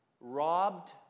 robbed